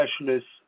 specialists